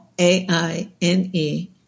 A-I-N-E